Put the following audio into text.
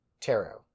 Tarot